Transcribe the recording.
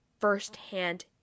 first-hand